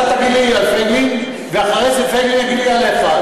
אתה תגיד לי על פייגלין ואחרי זה פייגלין יגיד לי עליך.